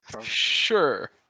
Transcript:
Sure